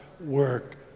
work